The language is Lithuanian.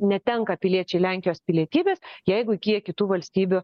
netenka piliečiai lenkijos pilietybės jeigu įgyja kitų valstybių